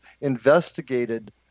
investigated